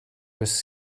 was